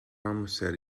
amser